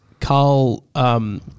Carl